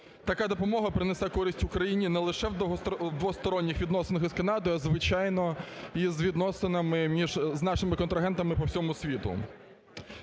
така допомога принесе користь Україні не лише в двосторонніх відносинах із Канадою, а, звичайно, і з відносинами з нашими контрагентами по всьому світу.